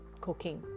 cooking